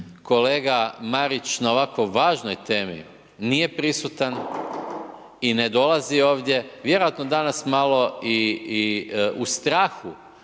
kolega Marić na ovako važnoj temi nije prisutan i ne dolazi ovdje, vjerojatno danas malo i u strahu